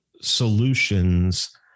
solutions